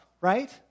right